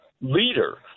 leader